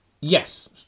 Yes